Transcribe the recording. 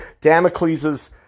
Damocles's